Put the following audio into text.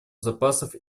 запасов